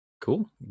Cool